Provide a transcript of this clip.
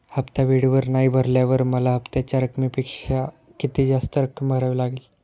हफ्ता वेळेवर नाही भरल्यावर मला हप्त्याच्या रकमेपेक्षा किती जास्त रक्कम भरावी लागेल?